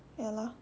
ya lah